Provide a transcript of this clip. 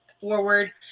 forward